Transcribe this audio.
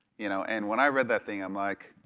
you know and when i read that thing, i'm like,